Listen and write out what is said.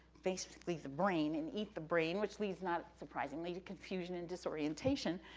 basically, the brain and eat the brain, which leads, not surprisingly, to confusion and disorientation.